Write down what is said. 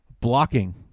blocking